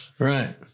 Right